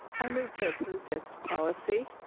i moved to approve this policy.